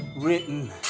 written